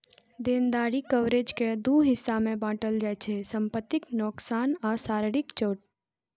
देनदारी कवरेज कें दू हिस्सा मे बांटल जाइ छै, संपत्तिक नोकसान आ शारीरिक चोट